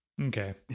Okay